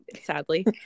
sadly